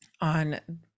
on